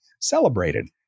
celebrated